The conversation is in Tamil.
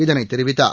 இதனைத் தெரிவித்தார்